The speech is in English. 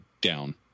down